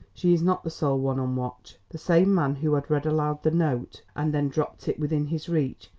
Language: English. she is not the sole one on watch. the same man who had read aloud the note and then dropped it within his reach,